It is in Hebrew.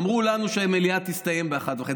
אמרנו לנו שהמליאה תסתיים ב-01:30.